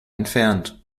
entfernt